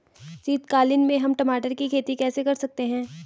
शीतकालीन में हम टमाटर की खेती कैसे कर सकते हैं?